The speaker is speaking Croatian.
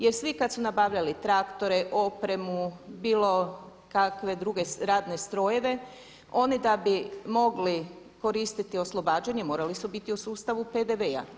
Jer svi kad su nabavljali traktore, opremu, bilo kakve druge radne strojeve oni da bi mogli koristiti oslobađanje morali su biti u sustavu PDV-a.